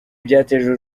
byateje